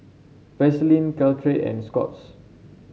Vaselin Caltrate and Scott's